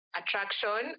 attraction